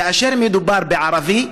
כאשר מדובר בערבי,